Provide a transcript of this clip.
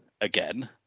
again